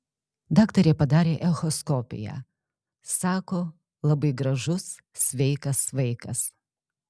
daktarė padarė echoskopiją sako labai gražus sveikas vaikas